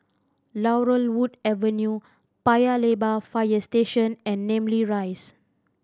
Laurel Wood Avenue Paya Lebar Fire Station and Namly Rise